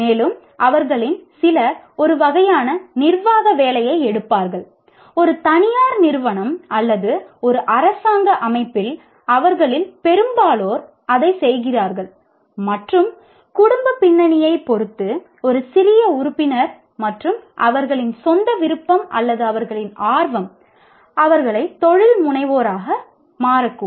மேலும் அவர்களில் சிலர் ஒரு வகையான நிர்வாக வேலையை எடுப்பார்கள் ஒரு தனியார் நிறுவனம் அல்லது ஒரு அரசாங்க அமைப்பில் அவர்களில் பெரும்பாலோர் அதைச் செய்கிறார்கள் மற்றும் குடும்பப் பின்னணியைப் பொறுத்து ஒரு சிறிய உறுப்பினர் மற்றும் அவர்களின் சொந்த விருப்பம் அல்லது அவர்களின் ஆர்வம் அவர்கள் தொழில்முனைவோராக மாறக்கூடும்